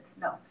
No